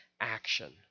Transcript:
action